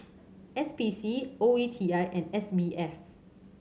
S P C O E T I and S B F